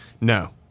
No